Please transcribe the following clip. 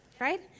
right